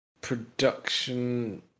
production